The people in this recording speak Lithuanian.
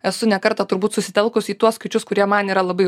esu ne kartą turbūt susitelkus į tuos skaičius kurie man yra labai